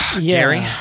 Gary